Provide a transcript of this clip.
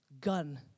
Gun